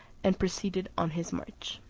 and proceeded on his march.